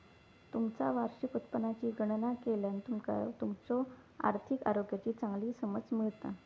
तुमचा वार्षिक उत्पन्नाची गणना केल्यान तुमका तुमच्यो आर्थिक आरोग्याची चांगली समज मिळता